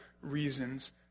reasons